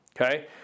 Okay